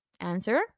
answer